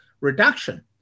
reduction